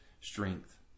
strength